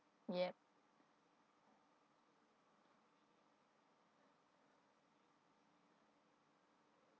ya